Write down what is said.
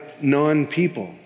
non-people